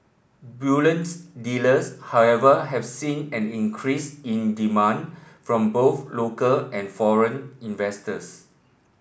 bullions dealers however have seen an increase in demand from both local and foreign investors